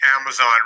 Amazon